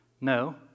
No